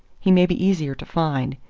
he may be easier to find.